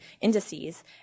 indices